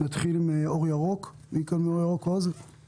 נתחיל מאור ירוק, בבקשה.